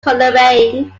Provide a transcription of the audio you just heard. coleraine